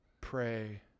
pray